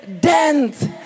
dance